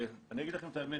אני אגיד לכם את האמת,